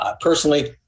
Personally